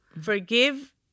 forgive